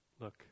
look